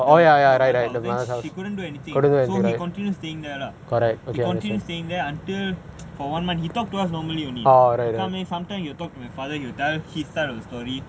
her mother's house she couldn't do anything so he continue staying there lah he continue staying there until for one month he talk to us normally only he talk to my father and tell his side of the story